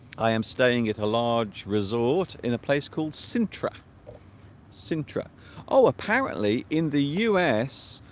i am staying at a large resort in a place called sintra sintra oh apparently in the u s.